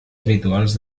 habituals